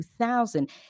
2000